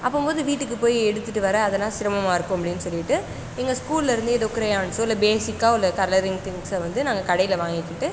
அப்போம்போது வீட்டுக்கு போய் எடுத்துகிட்டு வர அதெல்லாம் சிரமமாக இருக்கும் அப்படின்னு சொல்லிவிட்டு எங்கள் ஸ்கூலில் இருந்தே ஏதோ க்ரையான்ஸோ இல்லை பேஸிக்காக உள்ள கலரிங் திங்க்ஸை வந்து நாங்கள் கடையில் வாங்கிக்கிட்டு